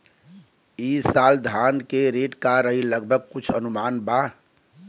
ई साल धान के रेट का रही लगभग कुछ अनुमान बा?